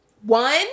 one